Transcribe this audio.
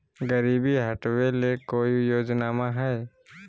गरीबी हटबे ले कोई योजनामा हय?